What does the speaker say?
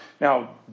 now